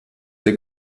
der